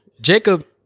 Jacob